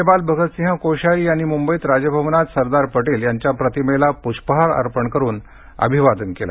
राज्यपाल भगतसिंह कोश्यारी यांनी मुंबईत राजभवनात सरदार पटेल यांच्या प्रतिमेला पुष्पहार अर्पण करुन अभिवादन केलं